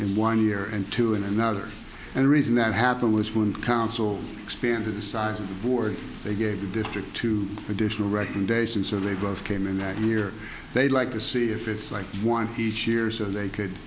in one year and two in another and the reason that happened was when council expanded the size of the board they gave the district two additional recommendations or they both came in that year they'd like to see if it's like one each year so they could